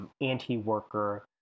anti-worker